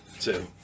Two